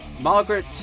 Margaret